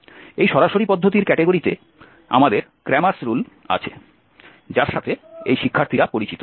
এই সরাসরি পদ্ধতির ক্যাটাগরিতে আমাদের ক্র্যামার রুল আছে যার সাথে এই শিক্ষার্থীরা পরিচিত